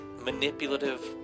manipulative